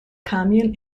commune